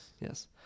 Yes